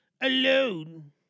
alone